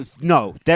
No